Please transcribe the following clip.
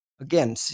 Again